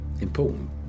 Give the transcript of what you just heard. important